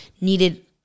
needed